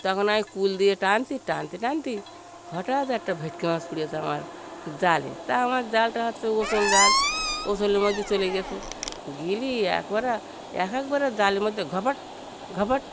তখন আমি কূল দিয়ে টানছি টানতে টানতে হঠাৎ একটা ভেটকি মাছ পড়েছে আমার জালে তা আমার জালটা হচ্ছে ওসল জাল ওসলের মধ্যে চলে গিয়েছে গেলি একবারে এক একবার জালের মধ্যে ঘপাট ঘপাট